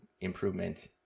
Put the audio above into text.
improvement